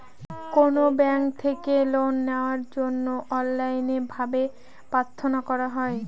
কোনো ব্যাঙ্ক থেকে লোন নেওয়ার জন্য অনলাইনে ভাবে প্রার্থনা করা হয়